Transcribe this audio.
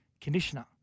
conditioner